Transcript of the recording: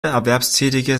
erwerbstätige